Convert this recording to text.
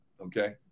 Okay